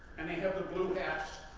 and they have the blue hats,